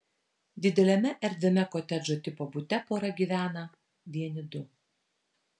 dideliame erdviame kotedžo tipo bute pora gyvena vieni du